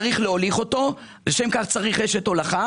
צריך להוליך אותו לשם כך צריך רשת הולכה